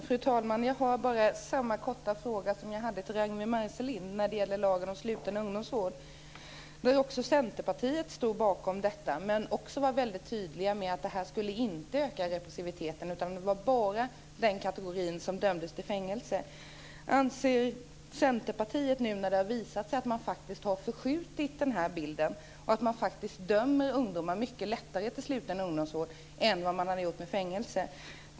Fru talman! Jag har samma korta fråga som jag ställde till Ragnwi Marcelind om lagen om sluten ungdomsvård. Bakom den stod också Centerpartiet, men därifrån framhölls väldigt tydligt att den inte skulle öka repressiviteten utan bara skulle gälla den kategori som dömts till fängelse. Det har nu visat sig att den bilden har förskjutits och att man nu faktiskt mycket lättare dömer ungdomar till sluten ungdomsvård än tidigare till fängelse.